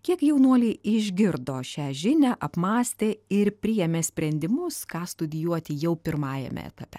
kiek jaunuoliai išgirdo šią žinią apmąstė ir priėmė sprendimus ką studijuoti jau pirmajame etape